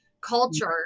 culture